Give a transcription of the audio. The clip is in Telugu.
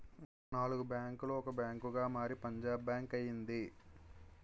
నాలుగు బ్యాంకులు ఒక బ్యాంకుగా మారి పంజాబ్ బ్యాంక్ అయింది